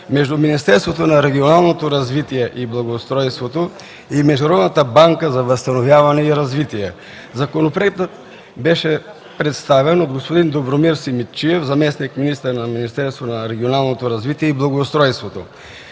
между Министерството на регионалното развитие и благоустройството и Международната банка за възстановяване и развитие. Законопроектът беше представен от господин Добромир Симидчиев – заместник-министър на регионалното развитие и благоустройството.